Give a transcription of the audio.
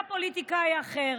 אתה פוליטיקאי אחר.